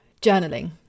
journaling